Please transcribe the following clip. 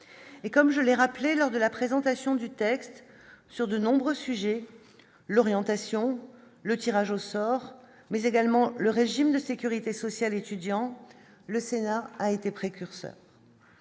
et comme je les rappeler lors de la présentation du texte sur de nombreux sujets, l'orientation, le tirage au sort, mais également le régime de sécurité sociale étudiant, le Sénat a été précurseur